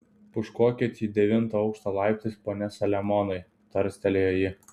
pūškuokit į devintą aukštą laiptais pone saliamonai tarstelėjo ji